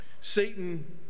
Satan